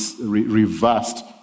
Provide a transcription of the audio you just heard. reversed